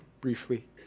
briefly